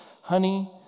Honey